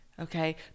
Okay